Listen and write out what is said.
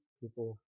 people